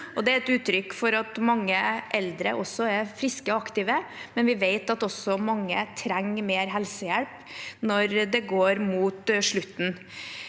Det er et uttrykk for at mange eldre er friske og aktive, men vi vet også at mange trenger mer helsehjelp når det går mot slutten.